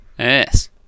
Yes